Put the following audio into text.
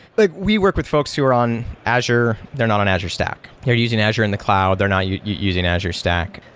like we work with folks who are on azure. they're not on azure stack. they're using azure in the cloud. they're not using azure stack.